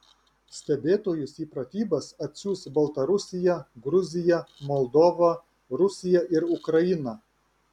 stebėtojus į pratybas atsiųs baltarusija gruzija moldova rusija ir ukraina